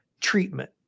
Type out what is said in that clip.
treatment